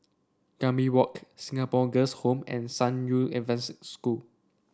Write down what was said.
Gambir Walk Singapore Girls' Home and San Yu Adventist School